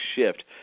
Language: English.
shift